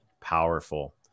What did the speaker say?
powerful